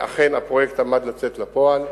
ואכן, הפרויקט עמד לצאת לפועל.